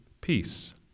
peace